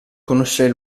conoscere